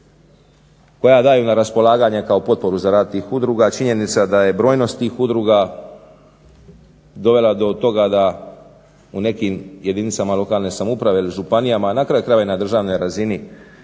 koja daju na raspolaganje kao potporu za rad tih udruga, a činjenica da je brojnost tih udruga dovela do toga da u nekim jedinicama lokalne samouprave ili županijama, a na kraju krajeva i na državnoj razini